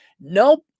Nope